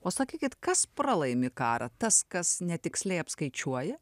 o sakykit kas pralaimi karą tas kas netiksliai apskaičiuoja